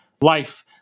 life